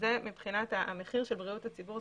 וזה מבחינת המחיר של בריאות הציבור,